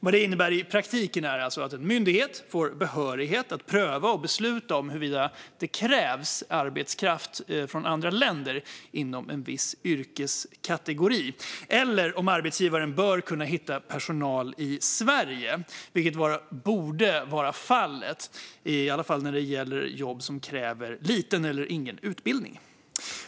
Vad det innebär i praktiken är alltså att en myndighet får behörighet att pröva och besluta om huruvida det krävs arbetskraft från andra länder inom en viss yrkeskategori eller om arbetsgivaren bör kunna hitta personal i Sverige, vilket borde vara fallet åtminstone när det gäller jobb som kräver liten eller ingen utbildning.